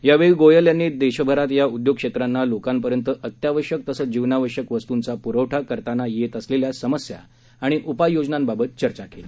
यावेळी गोयल यांनी देशभरात या उद्योग क्षेत्रांना लोकांपर्यंत अत्यावश्यक तसंच जीवनावश्यक वस्तुंचा पुरवठा करताना येत असलेल्या समस्या आणि उपाययोजनांबाबत चर्चा केली